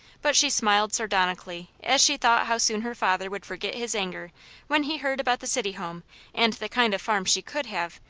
but she smiled sardonically as she thought how soon her father would forget his anger when he heard about the city home and the kind of farm she could have,